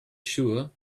sure